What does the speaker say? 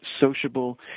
sociable